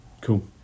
Cool